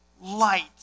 light